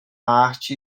arte